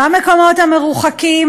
במקומות המרוחקים,